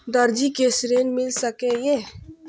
दर्जी कै ऋण मिल सके ये?